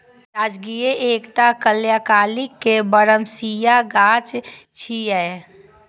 राजगिरा एकटा अल्पकालिक बरमसिया गाछ छियै